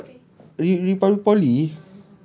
the ipod re~ republic poly